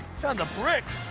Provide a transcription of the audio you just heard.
found a brick.